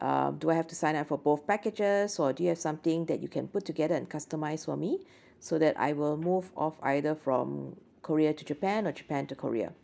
uh do I have to sign up for both packages or do you have something that you can put together and customise for me so that I will move off either from korea to japan or japan to korea